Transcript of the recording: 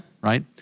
right